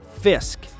Fisk